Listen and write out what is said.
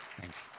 Thanks